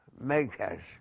makers